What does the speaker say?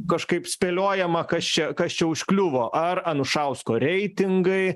kažkaip spėliojama kas čia kas čia užkliuvo ar anušausko reitingai